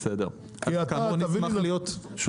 בסדר, אנחנו נשמח להיות שותפים לזה.